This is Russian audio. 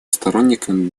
сторонником